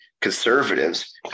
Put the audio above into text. conservatives